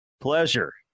Pleasure